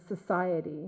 society